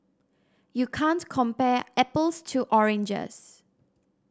you can't compare apples to oranges